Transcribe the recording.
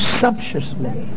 sumptuously